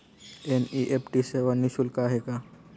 NEFT सेवा निःशुल्क आहे का?